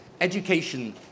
education